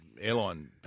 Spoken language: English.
airline